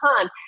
time